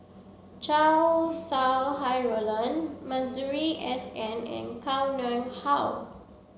Chow Sau Hai Roland Masuri S N and Koh Nguang How